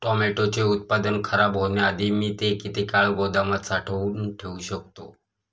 टोमॅटोचे उत्पादन खराब होण्याआधी मी ते किती काळ गोदामात साठवून ठेऊ शकतो?